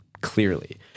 Clearly